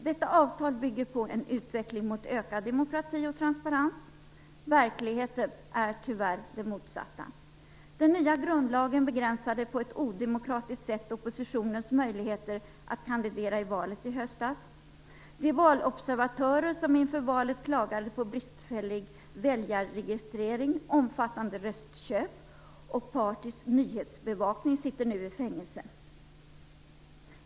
Detta avtal bygger på en utveckling mot ökad demokrati och transparens. Verkligheten är tyvärr den motsatta. Den nya grundlagen begränsade på ett odemokratiskt sätt oppositionens möjligheter att kandidera i valet i höstas. De valobservatörer som inför valet klagade på bristfällig väljarregistrering, omfattande röstköp och partisk nyhetsbevakning sitter nu i fängelse.